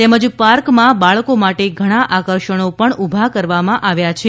તેમજ પાર્કમાં બાળકો માટે ઘણા આકર્ષણો પણ બનાવવામાં આવ્યા છે